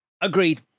agreed